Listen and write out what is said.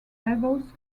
levels